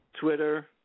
Twitter